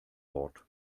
wort